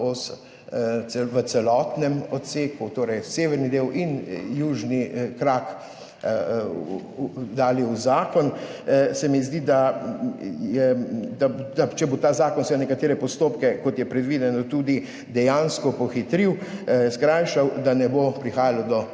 v celotnem odseku, torej severni del in južni krak, dali v zakon, se mi zdi, da če bo ta zakon nekatere postopke, kot je predvideno, tudi dejansko pohitril, skrajšal, da ne bo prihajalo do